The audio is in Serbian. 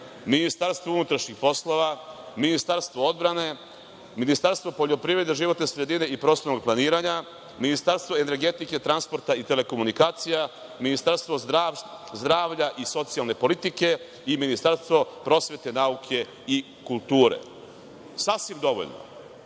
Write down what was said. Ministarstvo unutrašnjih poslova, Ministarstvo odbrane, Ministarstvo poljoprivrede, životne sredine i prostornog planiranja, Ministarstvo energetike, transporta i telekomunikacija, Ministarstvo zdravlja i socijalne politike i Ministarstvo prosvete, nauke i kulture. Sasvim dovoljno. Ove